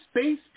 space